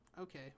okay